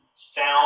Sound